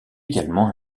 également